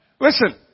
Listen